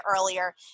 earlier